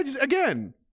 again